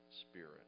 spirit